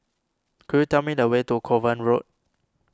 could you tell me the way to Kovan Road